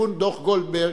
לכיוון דוח-גולדברג,